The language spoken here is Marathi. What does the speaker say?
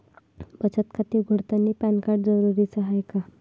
बचत खाते उघडतानी पॅन कार्ड जरुरीच हाय का?